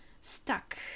stuck